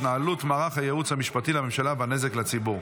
התנהלות מערך הייעוץ המשפטי לממשלה והנזק לציבור.